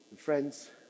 Friends